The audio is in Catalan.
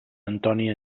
antoni